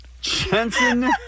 Jensen